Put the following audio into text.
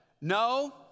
No